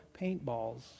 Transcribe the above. paintballs